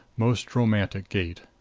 most romantic gate.